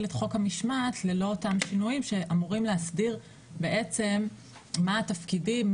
את חוק המשמעת ללא אותם שינויים שאמורים להסדיר בעצם מה התפקידים,